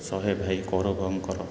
ଶହେ ଭାଇ କୌରବଙ୍କର